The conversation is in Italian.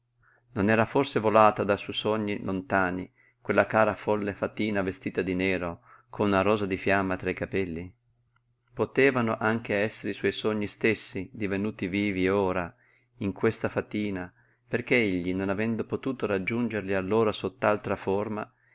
non era forse volata da suoi sogni lontani questa cara folle fatina vestita di nero con una rosa di fiamma tra i capelli potevano anche essere i suoi sogni stessi divenuti vivi ora in questa fatina perché egli non avendo potuto raggiungerli allora sott'altra forma